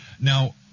Now